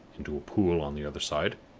into a pool on the other side.